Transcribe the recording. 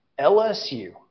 LSU